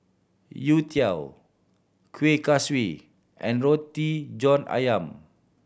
youtiao Kueh Kaswi and Roti John Ayam